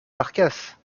marcasse